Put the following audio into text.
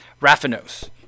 raffinose